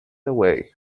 away